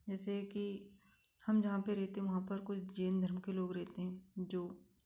जैसे की हम जहाँ पर रहते हैं वहाँ पर कुछ जैन धर्म के लोग रहते है जो